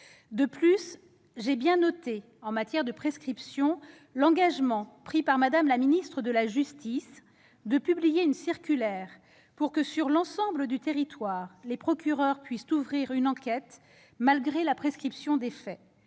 De plus, toujours en matière de prescription, j'ai bien noté l'engagement pris par Mme la ministre de la justice de publier une circulaire pour que, sur l'ensemble du territoire, les procureurs puissent ouvrir une enquête, malgré la prescription des faits.